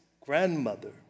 grandmother